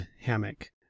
hammock